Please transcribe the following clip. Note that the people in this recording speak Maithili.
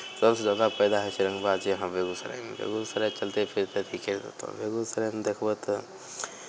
सभसँ जादा पैदा होइ छै रंगबाज यहाँ बेगूसरायमे बेगूसराय चलते फिरते की करि देतहु बेगूसरायमे देखबहो तऽ